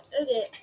okay